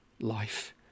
life